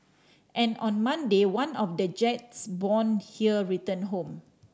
and on Monday one of the jets born here returned home